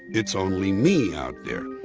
it's only me out there.